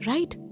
Right